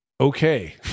Okay